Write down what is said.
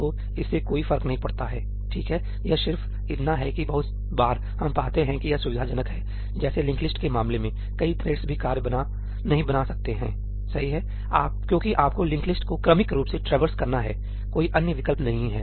तो इससे कोई फर्क नहीं पड़ता है ठीक है यह सिर्फ इतना है कि बहुत बार हम पाते हैं कि यह सुविधाजनक है जैसे लिंक्ड लिस्ट के मामले में कई थ्रेड्स भी कार्य नहीं बना सकते हैं सही है क्योंकि आपको लिंक्ड लिस्ट को क्रमिक रूप से ट्रैवर्स करना है कोई अन्य विकल्प नहीं है